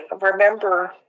remember